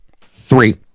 Three